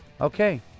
okay